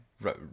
right